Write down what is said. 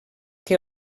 que